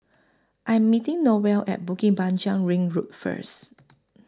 I Am meeting Noel At Bukit Panjang Ring Road First